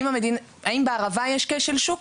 האם בערבה יש כשל שוק?